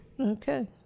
okay